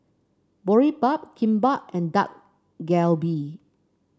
Boribap Kimbap and Dak Galbi